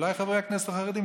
אולי חברי הכנסת החרדים,